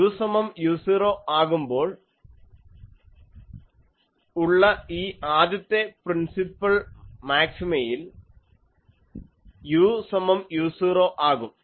u സമം u0 ആകുമ്പോൾ ഉള്ള ഈ ആദ്യത്തെ പ്രിൻസിപ്പൽ മാക്സിമയിൽ u സമം u0 ആകും